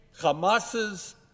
Hamas's